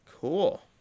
Cool